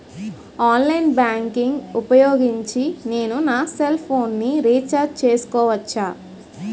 Online banking ఊపోయోగించి నేను నా సెల్ ఫోను ని రీఛార్జ్ చేసుకోవచ్చా?